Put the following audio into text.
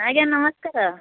ଆଜ୍ଞା ନମସ୍କାର